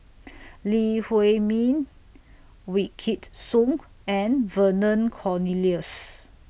Lee Huei Min Wykidd Song and Vernon Cornelius